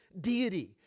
deity